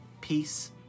peace